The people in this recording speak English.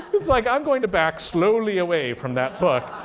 it's like, i'm going to back slowly away from that book.